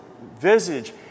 visage